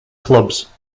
clubs